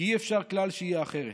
כי אי-אפשר כלל שיהיה אחרת,